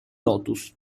lotus